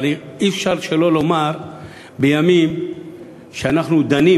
אבל אי-אפשר שלא לומר בימים שאנחנו דנים